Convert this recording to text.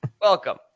Welcome